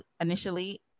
initially